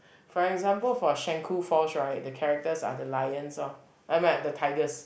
for example for Shenkuu falls right the characters are the lions loh the tigers